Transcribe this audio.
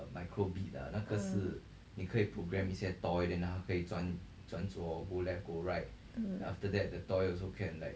ah